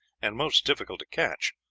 and most difficult to catch,